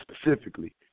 specifically